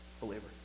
believer